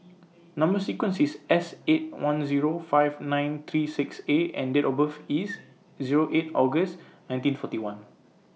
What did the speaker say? Number sequence IS S eight one Zero five nine three six A and Date of birth IS Zero eight August nineteen forty one